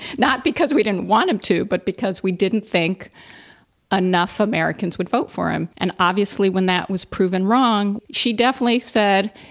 not because we didn't want him to, but because we didn't think enough americans would vote for him. and obviously, when that was proven wrong, she definitely said,